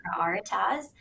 prioritize